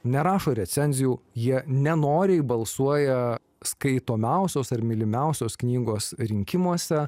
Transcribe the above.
nerašo recenzijų jie nenoriai balsuoja skaitomiausios ar mylimiausios knygos rinkimuose